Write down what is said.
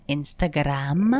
Instagram